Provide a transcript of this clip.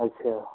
अच्छा